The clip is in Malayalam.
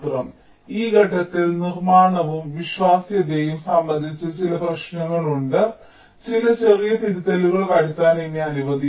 അതിനാൽ ഈ ഘട്ടത്തിൽ നിർമ്മാണവും വിശ്വാസ്യതയും സംബന്ധിച്ച് ചില പ്രശ്നങ്ങൾ ഉണ്ട് ചില ചെറിയ തിരുത്തലുകൾ വരുത്താൻ എന്നെ അനുവദിക്കൂ